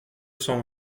cent